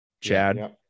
chad